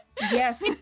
yes